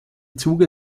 zuge